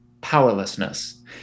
powerlessness